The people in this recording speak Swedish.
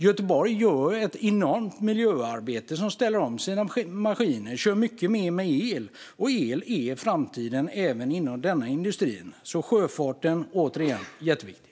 Göteborg gör ett enormt miljöarbete som ställer om sina maskiner och kör mycket mer med el. El är framtiden även inom denna industri. Återigen: Sjöfarten är jätteviktig.